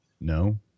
no